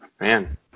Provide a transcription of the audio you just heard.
Man